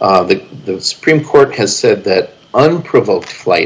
the supreme court has said that unprovoked flight